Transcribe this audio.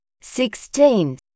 sixteen